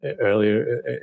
earlier